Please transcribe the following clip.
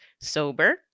sober